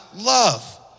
love